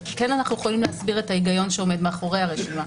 אנחנו כן יכולים להסביר את ההיגיון שעומד מאחורי הרשימה.